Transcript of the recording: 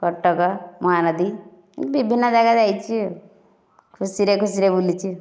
କଟକ ମହାନଦୀ ବିଭିନ୍ନ ଜାଗା ଯାଇଛି ଆଉ ଖୁସିରେ ଖୁସିରେ ବୁଲିଛି